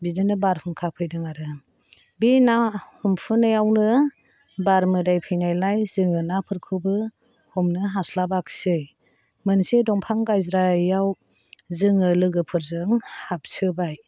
बिदिनो बारहुंखा फैदों आरो बे ना हमफुनायावनो बार मोदाय फैनायलाय जोङो नाफोरखौबो हमनो हास्लाबाखसै मोनसे दंफां गायज्रायाव जोङो लोगोफोरजों हाबसोबाय